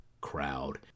crowd